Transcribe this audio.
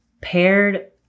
paired